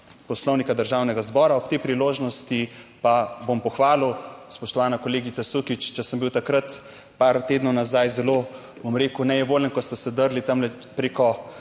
Poslovnika Državnega zbora. Ob tej priložnosti pa bom pohvalil, spoštovana kolegica Sukič, če sem bil takrat par tednov nazaj zelo, bom rekel, nejevoljen, ko ste se drli tam preko